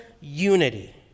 unity